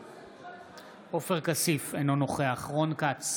בעד עופר כסיף, אינו נוכח רון כץ,